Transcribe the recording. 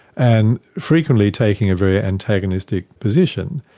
and frequently taking a very antagonistic position.